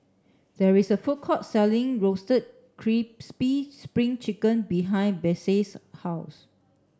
there is a food court selling roasted crispy spring chicken behind Besse's house